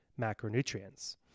macronutrients